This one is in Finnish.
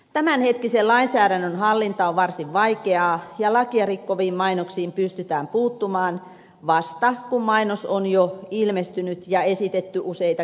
tämänhetkisen lainsäädännön hallinta on varsin vaikeaa ja lakia rikkoviin mainoksiin pystytään puuttumaan vasta kun mainos on jo ilmestynyt ja esitetty useita kertoja